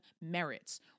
merits